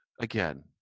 Again